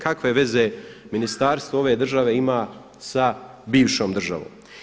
Kakve veze ministarstvo ove države ima sa bivšom državom.